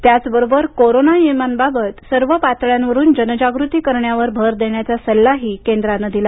त्याचबरोबर कोरोना नियमांबाबत सर्व पातळ्यांवरून जनजागृती करण्यावर भर देण्याचा सल्लाही केंद्रानं दिला